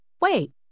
Wait